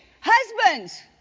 Husbands